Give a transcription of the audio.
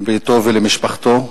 לביתו ולמשפחתו.